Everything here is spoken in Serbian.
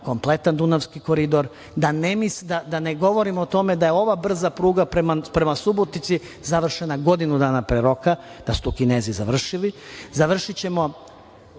kompletan Dunavski koridor, da ne govorim o tome da je ova brza pruga prema Subotici završena godinu dana pre roka, da su to Kinezi završili. Završićemo